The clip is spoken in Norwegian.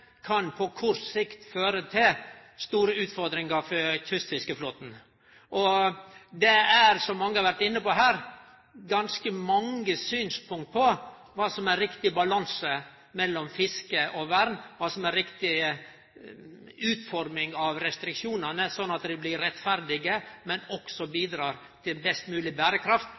kan på kort sikt føre til store utfordringar for kystfiskeflåten. Og det er – som mange har vore inne på her – ganske mange synspunkt på kva som er riktig balanse mellom fiske og vern, kva som er riktig utforming av restriksjonane slik at dei blir rettferdige, men også bidreg til best mogleg berekraft